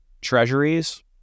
treasuries